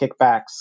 kickbacks